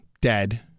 dead